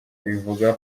bivuga